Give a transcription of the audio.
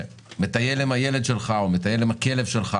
מטייל עם הילד שלך או מטייל עם הכלב שלך